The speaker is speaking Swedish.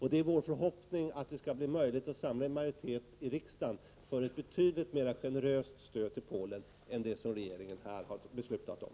Det är vår förhoppning att det skall bli möjligt att i riksdagen samla en majoritet för ett betydligt mer generöst stöd till Polen än det som regeringen här har beslutat om.